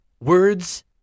Words